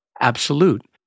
Absolute